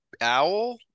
owl